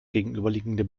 gegenüberliegende